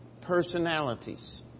personalities